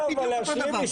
תנו לו להשלים משפט.